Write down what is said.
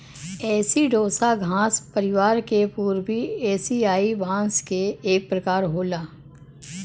एसिडोसा घास परिवार क पूर्वी एसियाई बांस क एक प्रकार होला